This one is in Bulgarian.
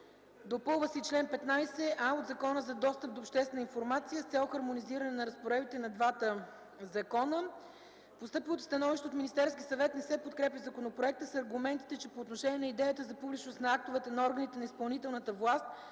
Допълва се чл. 15а от Закона за достъп до обществена информация с цел хармонизиране на разпоредбите на двата закона. В постъпилото становище от Министерския съвет законопроектът не се подкрепя с аргументите, че по отношение на идеята за публичност на актовете на органите на изпълнителната власт,